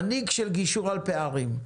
מנהיג של גישור על פערים.